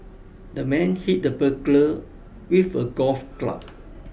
the man hit the burglar with a golf club